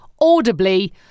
audibly